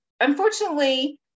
Unfortunately